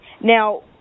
Now